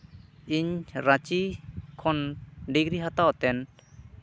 ᱤᱧ ᱨᱟᱺᱪᱤ ᱠᱷᱚᱱ ᱰᱤᱜᱽᱨᱤ ᱦᱟᱛᱟᱣ ᱠᱟᱛᱮ